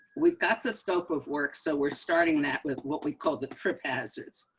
we've got the scope of work. so we're starting that with what we call the trip hazards.